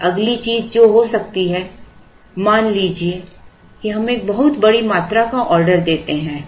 अब अगली चीज़ जो हो सकती है मान लीजिए कि हम एक बहुत बड़ी मात्रा का ऑर्डर देते हैं